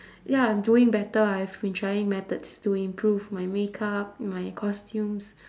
ya doing better I've been trying methods to improve my makeup my costumes